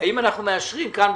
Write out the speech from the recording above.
האם אנחנו מאשרים כאן,